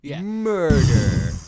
murder